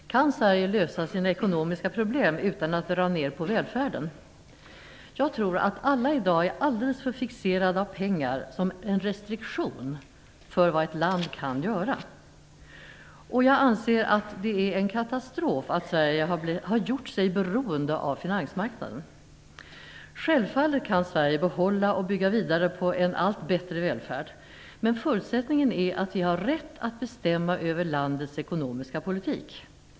Fru talman! Kan Sverige lösa sina ekonomiska problem utan att dra ner på välfärden? Jag tror att alla i dag är alldeles för fixerade av pengar som en restriktion för vad ett land kan göra. Jag anser att det är en katastrof att Sverige har gjort sig beroende av finansmarknaden. Självfallet kan Sverige behålla och bygga vidare på en allt bättre välfärd, men förutsättningen är att vi har rätt att bestämma över landets ekonomiska politik.